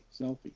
Selfie